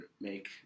make